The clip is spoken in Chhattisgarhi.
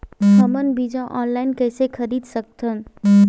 हमन बीजा ऑनलाइन कइसे खरीद सकथन?